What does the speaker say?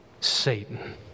Satan